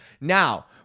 Now